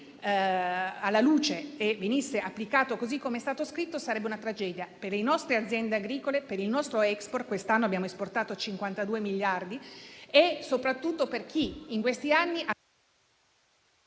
che, se venisse applicato così com'è stato scritto, sarebbe una tragedia per le nostre aziende agricole, per il nostro *export* (quest'anno abbiamo esportato per 52 miliardi) e soprattutto per chi in questi anni ha